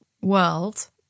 world